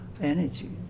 energy